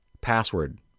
password